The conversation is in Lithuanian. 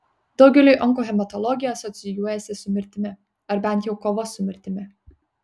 daugeliui onkohematologija asocijuojasi su mirtimi ar bent jau kova su mirtimi